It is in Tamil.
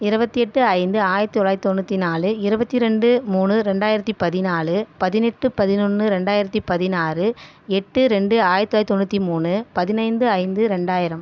இருபத்தி எட்டு ஐந்து ஆயிரத்தி தொள்ளாயிரத்தி தொண்ணூற்றி நாலு இருபத்தி ரெண்டு மூணு ரெண்டாயிரத்தி பதினாலு பதினெட்டு பதினொன்னு ரெண்டாயிரத்தி பதினாறு எட்டு ரெண்டு ஆயிரத்தி தொள்ளாயிரத்தி தொண்ணூற்றி மூணு பதினைந்து ஐந்து ரெண்டாயிரம்